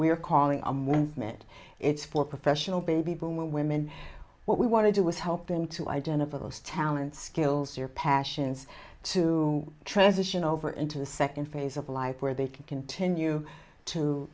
we're calling on one minute it's for professional baby boomer women what we want to do was help them to identify those talents skills your passions to transition over into the second phase of life where they can continue to